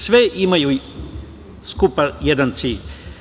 Sve imaju skupa jedan cilj.